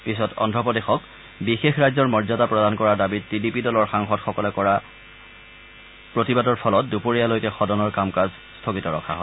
পিছত অন্ধ্ৰপ্ৰদেশক বিশেষ ৰাজ্যৰ মৰ্যাদা প্ৰদান কৰাৰ দাবীত টি ডি পি দলৰ সাংসদসকলে কৰা প্ৰতিবাদ ফলত দুপৰীয়ালৈকে সদনৰ কাম কাজ স্থগিত ৰখা হয়